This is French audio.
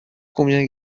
combien